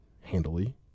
handily